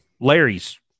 Larry's